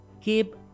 keep